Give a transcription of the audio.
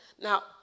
now